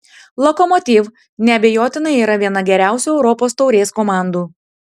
lokomotiv neabejotinai yra viena geriausių europos taurės komandų